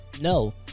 no